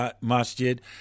masjid